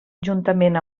juntament